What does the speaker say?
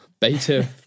beta